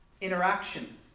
interaction